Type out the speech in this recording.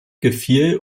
gefiel